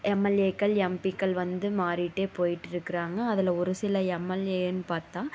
எம்எல்ஏக்கள் எம்பிக்கள் வந்து மாறிட்டே போயிட்ருக்கிறாங்க அதில் ஒரு சில எம்எல்ஏன்னு பார்த்தா